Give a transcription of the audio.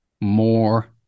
more